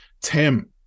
Tim